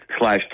slash